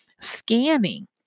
scanning